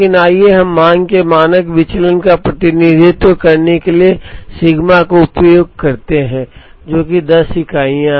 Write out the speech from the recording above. लेकिन आइए हम मांग के मानक विचलन का प्रतिनिधित्व करने के लिए सिग्मा का उपयोग करते हैं जो कि 10 इकाइयां हैं